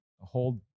hold